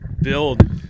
build